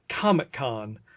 Comic-Con